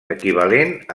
equivalent